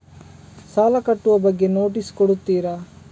ಸಾಲ ಕಟ್ಟುವ ಬಗ್ಗೆ ನೋಟಿಸ್ ಕೊಡುತ್ತೀರ?